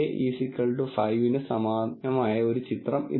K 5 ന് സമാനമായ ഒരു ചിത്രം ഇതാ